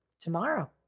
tomorrow